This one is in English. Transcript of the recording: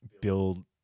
build